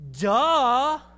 Duh